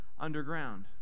Underground